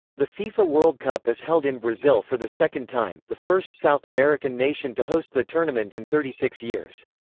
the fifa world cup is held in brazil for the second time, time, the first south american nation to host the tournament in thirty six years.